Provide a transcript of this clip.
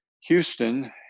Houston